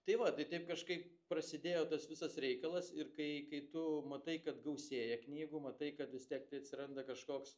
tai vat tai taip kažkaip prasidėjo tas visas reikalas ir kai kai tu matai kad gausėja knygų matai kad vis tiek tai atsiranda kažkoks